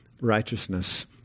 righteousness